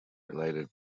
related